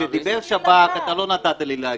כשדיבר השב"כ אתה לא נתת לי להגיב.